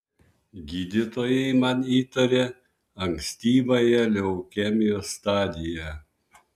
gydytojai man įtarė ankstyvąją leukemijos stadiją